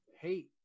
hate